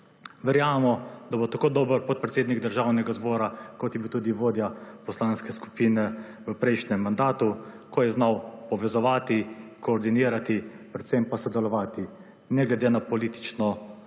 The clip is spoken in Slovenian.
Verjamemo, da bo tako dober podpredsednik Državnega zbora, kot je bil tudi vodja Poslanske skupine v prejšnjem mandatu, ko je znal povezovati, koordinirati, predvsem pa sodelovati ne glede na politično